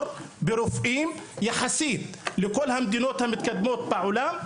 ברופאים יחסית לכל המדינות המתקדמות בעולם.